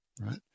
Right